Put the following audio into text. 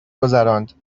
گذراند